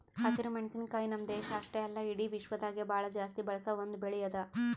ಹಸಿರು ಮೆಣಸಿನಕಾಯಿ ನಮ್ಮ್ ದೇಶ ಅಷ್ಟೆ ಅಲ್ಲಾ ಇಡಿ ವಿಶ್ವದಾಗೆ ಭಾಳ ಜಾಸ್ತಿ ಬಳಸ ಒಂದ್ ಬೆಳಿ ಅದಾ